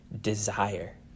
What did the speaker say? desire